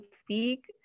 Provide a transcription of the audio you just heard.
speak